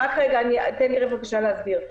תן לי בבקשה להסביר.